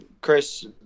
Chris